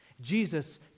Jesus